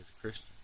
Christian